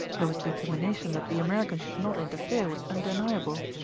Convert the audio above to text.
though his determination that the american should not interfere was undeniable.